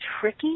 tricky